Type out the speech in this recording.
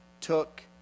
took